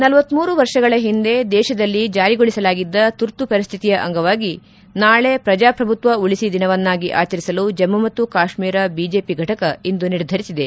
ನಲವತ್ತೂರು ವರ್ಷಗಳ ಹಿಂದೆ ದೇಶದಲ್ಲಿ ಜಾರಿಗೊಳಿಸಲಾಗಿದ್ದ ತುರ್ತು ಪರಿಸ್ಹಿತಿಯ ಅಂಗವಾಗಿ ನಾಳೆ ಪ್ರಜಾಪ್ರಭುತ್ವ ಉಳಿಸಿ ದಿನವನ್ನಾಗಿ ಆಚರಿಸಲು ಜಮ್ನು ಮತ್ತು ಕಾಶ್ನೀರ ಬಿಜೆಪಿ ಫಟಕ ಇಂದು ನಿರ್ಧರಿಸಿದೆ